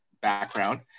background